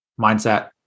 mindset